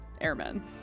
airmen